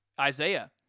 Isaiah